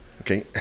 Okay